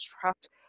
trust